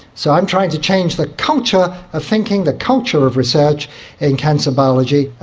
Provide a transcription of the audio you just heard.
so i'm trying to change the culture of thinking, the culture of research in cancer biology.